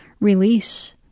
release